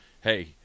hey